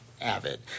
Avid